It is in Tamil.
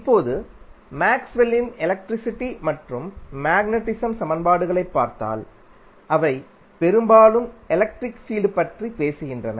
இப்போது மேக்ஸ்வெல்லின் எலக்ட்ரிசிட்டி மற்றும் மேக்னடிஸம் சமன்பாடுகளைப் பார்த்தால் அவை பெரும்பாலும் எலக்ட்ரிக் ஃபீல்ட் பற்றி பேசுகின்றன